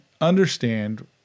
understand